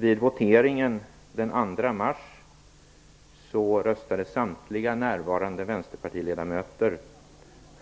Vid voteringen den 2 mars röstade samtliga närvarande vänsterpartiledamöter